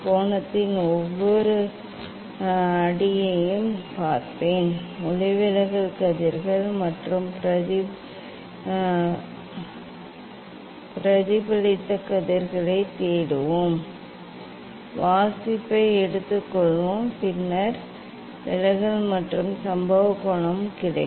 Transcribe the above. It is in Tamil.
கோணத்தின் ஒவ்வொரு அடியையும் பார்ப்போம் ஒளிவிலகல் கதிர்கள் மற்றும் பிரதிபலித்த கதிர்களைத் தேடுவோம் வாசிப்பை எடுத்துக்கொள்வோம் பின்னர் விலகல் மற்றும் சம்பவ கோணம் கிடைக்கும்